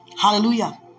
Hallelujah